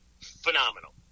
phenomenal